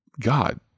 God